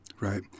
Right